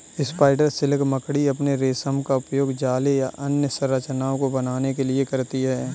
spider silk मकड़ी अपने रेशम का उपयोग जाले या अन्य संरचनाओं को बनाने के लिए करती हैं